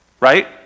Right